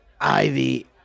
Ivy